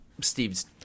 Steve's